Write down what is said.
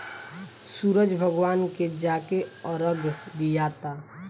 सूरज भगवान के जाके अरग दियाता